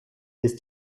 ist